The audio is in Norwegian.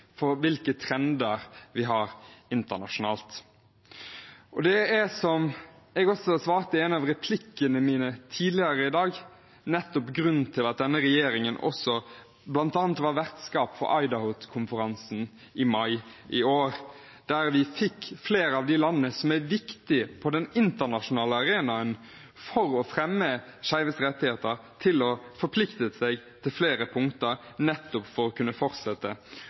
for hvilke trender vi har internasjonalt. Det er, som jeg også svarte i en av replikkene mine tidligere i dag, nettopp grunnen til at denne regjeringen bl.a. var vertskap for IDAHOT-konferansen i mai i år, der vi fikk flere av de landene som er viktige for å fremme skeives rettigheter på den internasjonale arenaen, til å forplikte seg på flere punkter, nettopp for å kunne fortsette